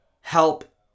help